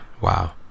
wow